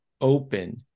open